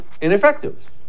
ineffective